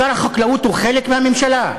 שר החקלאות הוא חלק מהממשלה?